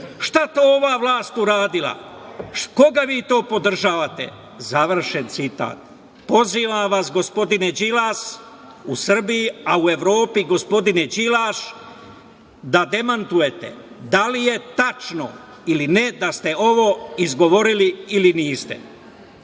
Šta to ova vlast uradila? Koga vi to podržavate?“, završen citat. Pozivam vas gospodine Đilas u Srbiji, a u Evropi, gospodine Đilaš, da demantujete da li je tačno ili ne, da ste ovo izgovorili ili niste.